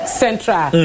central